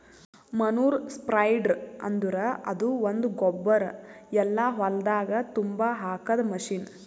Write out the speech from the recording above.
manure spreader ಅಂದುರ್ ಅದು ಒಂದು ಗೊಬ್ಬರ ಎಲ್ಲಾ ಹೊಲ್ದಾಗ್ ತುಂಬಾ ಹಾಕದ್ ಮಷೀನ್